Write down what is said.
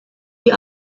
die